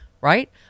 right